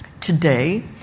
Today